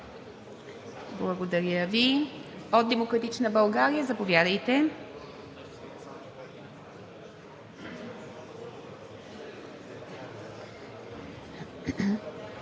Благодаря Ви. От „Демократична България“? Заповядайте.